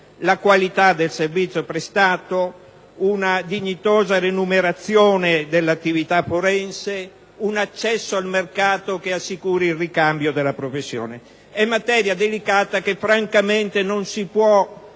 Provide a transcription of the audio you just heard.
la qualità del servizio prestato, una dignitosa remunerazione dell'attività forense, un accesso al mercato che assicuri il ricambio della professione. È materia delicata, che francamente non si può